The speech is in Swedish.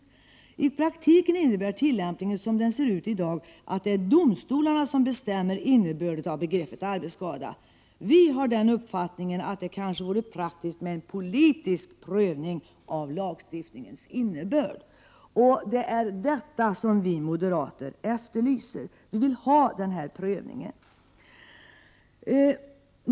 I praktiken innebär tillämpningen, som den ser ut i dag, att det är domstolarna som bestämmer innebörden av begreppet arbetsskada. Vi har den uppfattningen att det kanske vore praktiskt med en politisk prövning av lagstiftningensinnebörd.” Det är detta som vi moderater efterlyser, och vi vill ha den här prövningen.